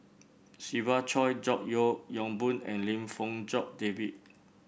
Siva Choy George Yeo Yong Boon and Lim Fong Jock David